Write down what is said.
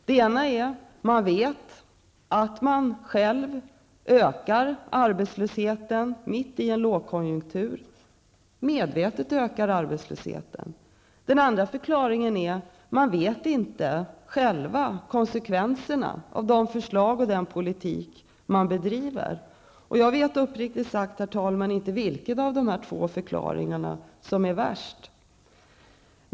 Den ena är att man vet att man mitt i en lågkonjunktur ökar arbetslösheten och gör det medvetet. Den andra är att man inte själv känner till konsekvenserna av den politik som man bedriver. Jag vet uppriktigt sagt inte vilken av de båda förklaringarna som är värst.